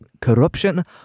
corruption